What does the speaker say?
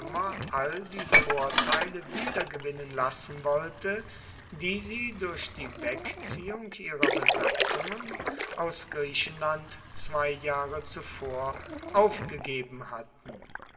all die vorteile wiedergewinnen lassen wollte die sie durch die wegziehung ihrer besatzungen aus griechenland zwei jahre zuvor aufgegeben hatten